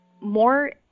more